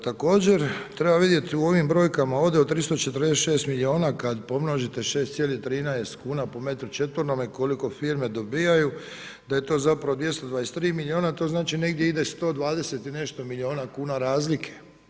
Također treba vidjeti u ovim brojkama ovdje od 346 milijuna kad pomnožite 6,13 kuna po metru četvornome koliko firme dobivaju, da je to zapravo 223 milijuna, to znači negdje ide 120 i nešto milijuna kuna razlike.